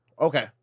Okay